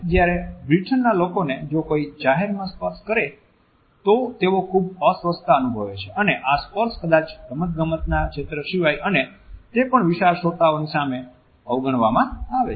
જ્યારે બ્રિટન ના લોકોને જો કોઈ જાહેરમાં સ્પર્શ કરે તો તેઓ ખૂબ અસ્વસ્થતા અનુભવે છે અને આ સ્પર્શ કદાચ રમતગમતના ક્ષેત્ર સિવાય અને તે પણ વિશાળ શ્રોતાઓની સામે અવગણવામાં આવે છે